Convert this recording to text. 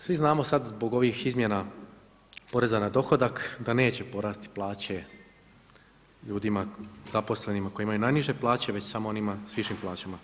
Svi znamo sad zbog ovih izmjena poreza na dohodak da neće porasti plaće ljudima zaposlenima koji imaju najniže plaće već samo onima s višim plaćama.